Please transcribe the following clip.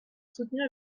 soutenir